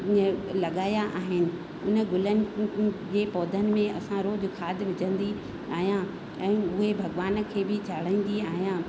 हींअर लॻाया आहिनि उन गुलनि जे पौधनि में असां रोज खाद विझंदी आहियां ऐं उहे भॻवान खे बि चाढ़ाईंदी आहियां